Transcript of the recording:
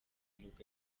nibwo